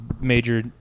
major